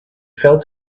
fell